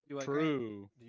true